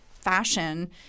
fashion